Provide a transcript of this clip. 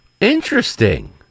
Interesting